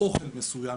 אוכל מסוים,